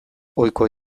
ohikoa